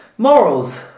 Morals